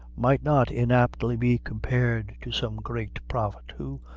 might not inaptly be compared to some great prophet, who,